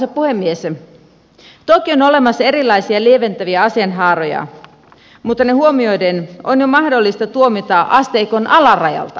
toki on olemassa erilaisia lieventäviä asianhaaroja mutta ne huomioiden on jo mahdollista tuomita asteikon alarajalta